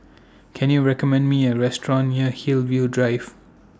Can YOU recommend Me A Restaurant near Hillview Drive